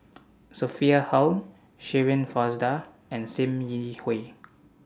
Sophia Hull Shirin Fozdar and SIM Yi Hui